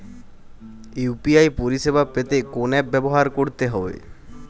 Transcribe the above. UPI পরিসেবা পেতে কোন অ্যাপ ব্যবহার করতে হবে?